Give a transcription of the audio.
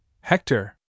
Hector